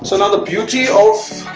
so and the beauty of